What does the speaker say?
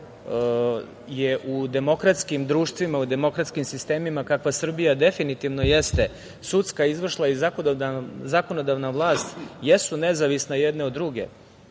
je u demokratskim društvima, u demokratskim sistemima, kakva Srbija definitivno jeste, sudska, izvršna i zakonodavna vlast jesu nezavisna jedna od druge,